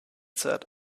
said